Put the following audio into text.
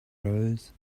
rose